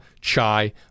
chai